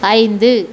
ஐந்து